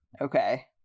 Okay